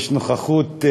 יש נוכחות,